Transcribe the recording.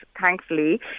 thankfully